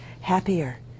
happier